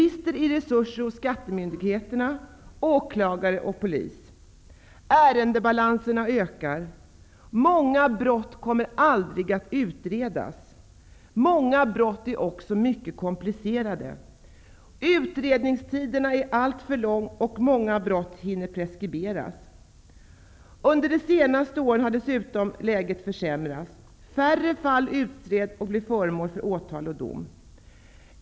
Skattemyndigheterna, åklagare och polis har bristande resurser. Ärendebalanserna ökar. Många brott utreds aldrig, och många brott är också mycket komplicerade. Utredningstiderna är alltför långa, och många brott hinner preskriberas. Under de senaste åren har läget dessutom försämrats. Färre fall utreds och blir föremål för åtal och dom.